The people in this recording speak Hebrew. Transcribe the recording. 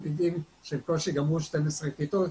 תלמידים שבקושי גמרו 12 כיתות,